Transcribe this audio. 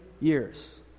years